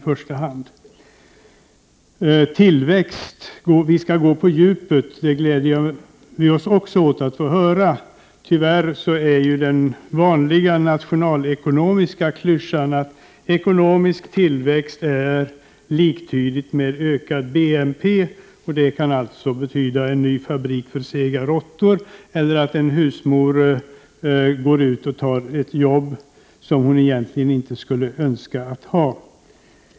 När det gäller tillväxt skall vi gå på djupet — det gläder jag mig också åt att få höra. Tyvärr är den vanliga nationalekonomiska klyschan att ekonomisk tillväxt är liktydigt med ökad BNP. Det kan alltså betyda en ny fabrik för sega råttor eller att en husmor går ut och tar ett jobb som hon egentligen inte skulle önska att ha.